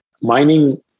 mining